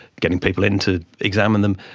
getting people in to examine them,